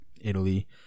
Italy